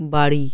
বাড়ি